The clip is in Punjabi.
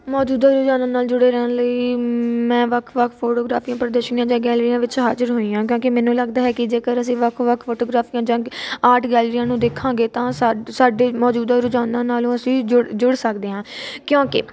ਮੌਜੂਦਾ ਰੁਝਾਨਾਂ ਨਾਲ ਜੁੜੇ ਰਹਿਣ ਲਈ ਮੈਂ ਵੱਖ ਵੱਖ ਫੋਟੋਗ੍ਰਾਫੀਆਂ ਪ੍ਰਦਰਸ਼ਨੀਆਂ ਜਾਂ ਗੈਲਰੀਆਂ ਵਿੱਚ ਹਾਜ਼ਰ ਹੋਈ ਹਾਂ ਕਿਉਂਕਿ ਮੈਨੂੰ ਲੱਗਦਾ ਹੈ ਕਿ ਜੇਕਰ ਅਸੀਂ ਵੱਖ ਵੱਖ ਫੋਟੋਗ੍ਰਾਫੀਆਂ ਜਾਂ ਆਰਟ ਗੈਲਰੀਆਂ ਨੂੰ ਦੇਖਾਂਗੇ ਤਾਂ ਸਾ ਸਾਡੇ ਮੌਜੂਦਾ ਰੋਜ਼ਾਨਾ ਨਾਲੋਂ ਅਸੀਂ ਜੁ ਜੁੜ ਸਕਦੇ ਹਾਂ ਕਿਉਂਕਿ